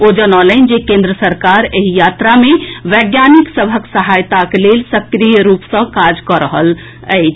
ओ जनौलनि जे केन्द्र सरकार एहि यात्रा मे वैज्ञानिक सभक सहायताक लेल सक्रिय रूपे काज कऽ रहल अछि